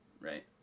right